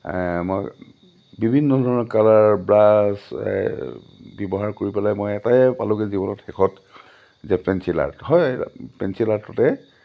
মই বিভিন্ন ধৰণৰ কালাৰ ব্ৰাছ ব্যৱহাৰ কৰি পেলাই মই এটাই পালোঁগৈ জীৱনত শেষত যে পেঞ্চিল আৰ্ট হয় পেঞ্চিল আৰ্টতে